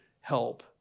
help